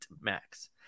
max